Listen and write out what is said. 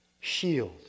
shield